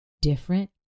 different